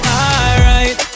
alright